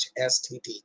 STD